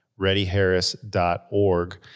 readyharris.org